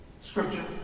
Scripture